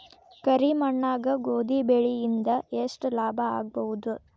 ಕರಿ ಮಣ್ಣಾಗ ಗೋಧಿ ಬೆಳಿ ಇಂದ ಎಷ್ಟ ಲಾಭ ಆಗಬಹುದ?